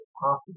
possible